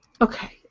Okay